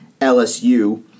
LSU